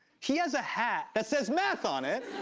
he has a hat that says math on it.